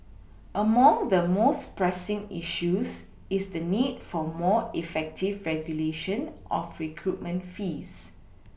among the most pressing issues is the need for more effective regulation of recruitment fees